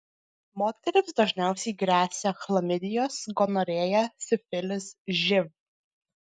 moterims dažniausiai gresia chlamidijos gonorėja sifilis živ